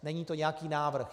Není to nějaký návrh.